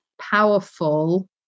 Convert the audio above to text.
powerful